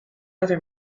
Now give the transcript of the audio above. other